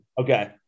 Okay